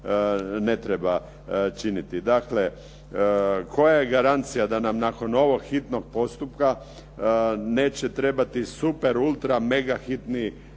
ne treba činiti. Dakle, koja je garancija da nam nakon ovog hitnog postupka neće trebati super ultra mega hitni